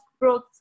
growth